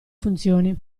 funzioni